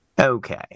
Okay